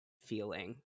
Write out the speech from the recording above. feeling